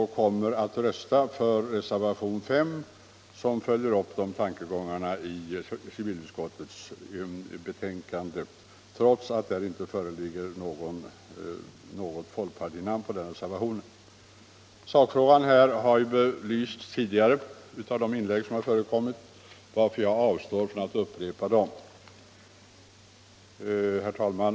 Jag kommer att rösta för reservationen 5 vid civilutskottets betänkande, i vilken mina tankegångar följs upp, trots att det inte finns något folkpartinamn på den. Sakfrågan har ju belysts i tidigare inlägg, varför jag avstår från att upprepa synpunkterna. Herr talman!